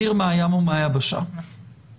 עוד 28 ימים בהם החובה הזאת תחול שזה מקסימום הזמן.